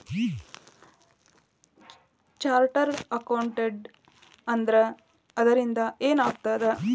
Chartered accountant ಆದ್ರ ಅದರಿಂದಾ ಏನ್ ಆಗ್ತದ?